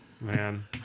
Man